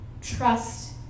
trust